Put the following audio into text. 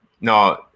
No